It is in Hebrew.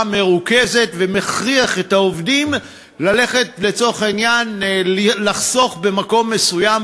מרוכזת ומכריח את העובדים לצורך העניין לחסוך במקום מסוים,